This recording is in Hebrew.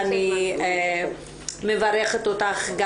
אני מברכת אותך,